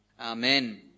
Amen